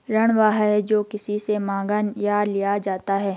ऋण वह है, जो किसी से माँगा या लिया जाता है